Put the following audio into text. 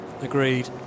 agreed